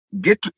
get